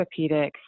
orthopedics